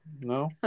No